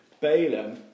Balaam